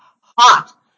hot